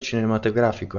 cinematografico